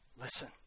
Listen